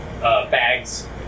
bags